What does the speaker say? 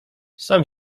sam